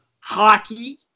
hockey